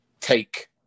take